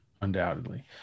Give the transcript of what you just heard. undoubtedly